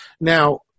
Now